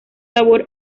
labor